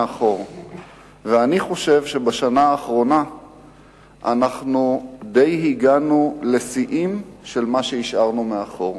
ואני חושב שבשנה האחרונה אנחנו די הגענו לשיאים של מה שהשארנו מאחור.